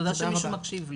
תודה שמישהו מקשיב לי.